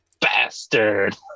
bastard